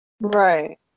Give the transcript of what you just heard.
Right